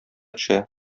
төшә